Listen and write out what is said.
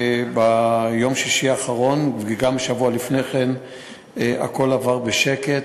ביום שישי האחרון וגם שבוע לפני כן הכול עבר בשקט,